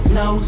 no